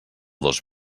dos